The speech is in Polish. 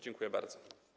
Dziękuję bardzo.